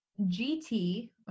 GT